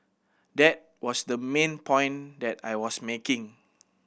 that was the main point that I was making